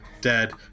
dead